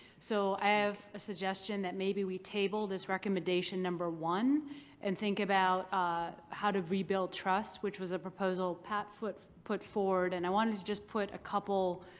so i have a suggestion that maybe we table this recommendation number one and think about how to rebuild trust which was a proposal pat put put forward and i wanted to just put a couple